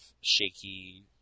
shaky